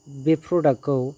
बे प्रदागखौ